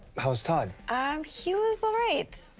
how was todd? um, he was all right.